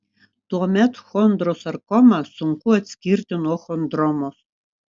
tuomet chondrosarkomą sunku atskirti nuo chondromos